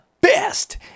best